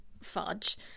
fudge